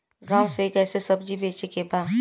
गांव से कैसे सब्जी बेचे के बा?